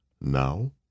Now